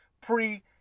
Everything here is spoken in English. pre